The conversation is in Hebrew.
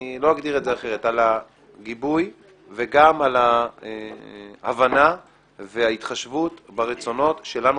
לא אגדיר את זה אחרת - על הגיבוי וגם על ההבנה וההתחשבות ברצונות שלנו,